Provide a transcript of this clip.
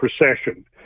precession